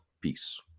Peace